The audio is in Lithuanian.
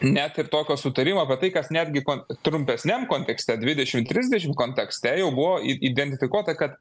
net ir tokio sutarimo apie tai kas netgi kon trumpesniam kontekste dvidešim trisdešim kontekste jau buvo i identifikuota kad